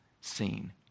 seen